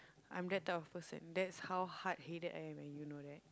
I'm that type of person that's how hard headed I am and you know that